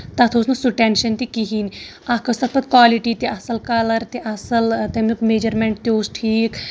تَتھ اوس نہٕ سُہ ٹینشن تہِ کِہینۍ اکھ ٲسۍ تَتھ پتہٕ کالٹی تہِ اَصٕل کَلر تہِ اَصٕل تَمیُک میچرمینٹ تہِ اوس ٹھیٖک